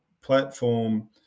platform